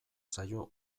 zaio